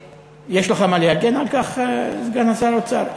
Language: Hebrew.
יש לך מה להגן על כך, סגן שר האוצר?